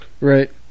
Right